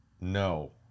no